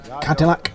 Cadillac